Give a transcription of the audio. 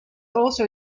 also